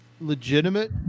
legitimate